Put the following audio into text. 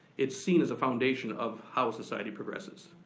it's seen as a foundation of how society progresses.